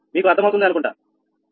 మీకు అర్థమవుతుంది అనుకుంటా